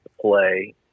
play